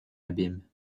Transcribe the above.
abîme